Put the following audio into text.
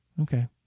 Okay